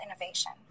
innovation